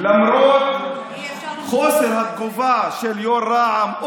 למרות חוסר התגובה של יו"ר רע"מ,